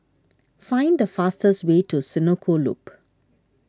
find the fastest way to Senoko Loop